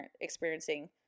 experiencing